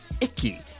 icky